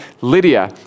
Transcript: Lydia